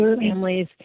families